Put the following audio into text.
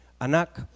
Anak